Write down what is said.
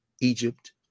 Egypt